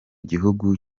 gihugu